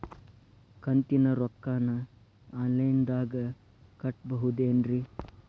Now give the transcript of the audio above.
ಕಂತಿನ ರೊಕ್ಕನ ಆನ್ಲೈನ್ ದಾಗ ಕಟ್ಟಬಹುದೇನ್ರಿ?